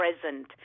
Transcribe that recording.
present